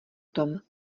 tom